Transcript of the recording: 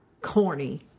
corny